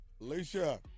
Alicia